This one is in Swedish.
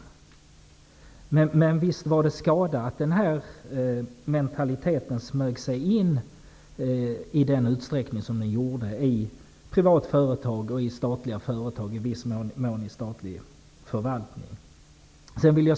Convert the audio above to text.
Men visst var det skada att denna mentalitet smög sig in i den utsträckning som den gjorde i privata företag, i statliga företag och i viss mån i statlig förvaltning.